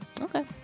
Okay